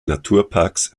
naturparks